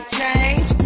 change